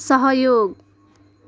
सहयोग